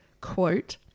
quote